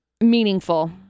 meaningful